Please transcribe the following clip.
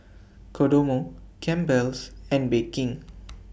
Kodomo Campbell's and Bake King